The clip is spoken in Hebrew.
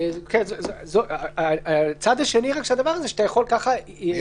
רק הצד השני של הדבר הזה הוא שאתה יכול כך --- מירה,